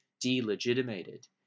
delegitimated